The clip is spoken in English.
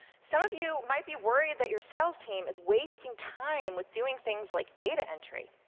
some of you might be worried that your sales team is wasting time with doing things like data entry.